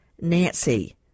nancy